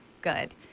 good